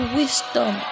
wisdom